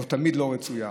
או תמיד לא רצויה.